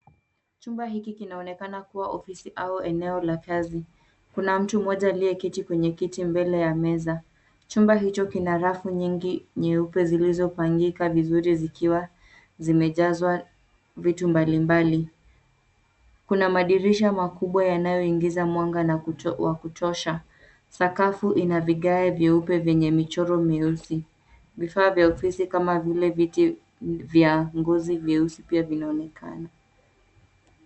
Chumba hiki kinaonekana kuwa ofisi au eneo la kazi. Kuna mtu mmoja aliyeketi kwenye kiti mbele ya meza. Chumba hicho kina rafu nyingi nyeupe zilizopangika vizuri zikiwa zimejazwa vitu mbali mbali. Kuna madirisha makubwa yanayoingiza mwanga naku wa kutosha. Sakafu ina vigae vyeupe vyenye michoro mieusi. Vifaa vya ofisi kama vile viti vya ngozi vyeusi pia vinaonekana.